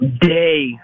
day